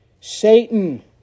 Satan